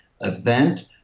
event